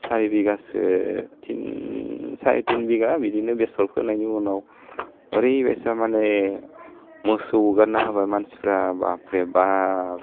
सारि बिघासो तिन साराय तिन बिघा बिदिनो बेसर फोनायनि उनाव ओरैबायसा माने मोसौ होगारना होबाय मानसिफ्रा बाबरे बाब